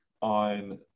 on